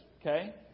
Okay